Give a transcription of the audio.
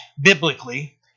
biblically